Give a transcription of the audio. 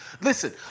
Listen